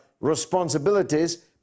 responsibilities